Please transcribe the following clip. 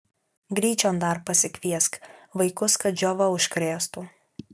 gryčion dar pasikviesk vaikus kad džiova užkrėstų